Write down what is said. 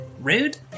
Rude